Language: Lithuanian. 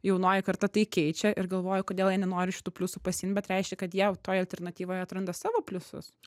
jaunoji karta tai keičia ir galvoju kodėl jie nenori šitų pliusų pasiimt bet reiškia kad jie toj alternatyvoj atranda savo pliusus